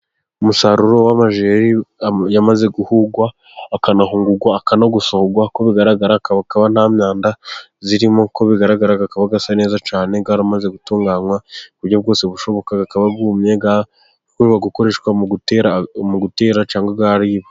Umusaruro w'amajeri yamaze guhurwa, akanahungurwa, akanagosorwa. Uko bigaragara akaba nta myanda irimo. Uko bigaragara asa neza cyane, yamaze gutunganywa ku buryo bwose bushoboka. Akaba yumye ashobora gukoreshwa mu gutera cyangwa yaribwa.